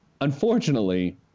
unfortunately